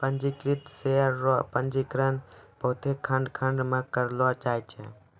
पंजीकृत शेयर रो पंजीकरण बहुते खंड खंड मे करलो जाय छै